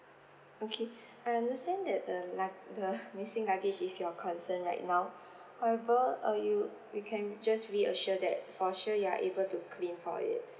okay I understand that the lugg~ the missing luggage is your concern right now however uh you we can just reassure that for sure you are able to claim for it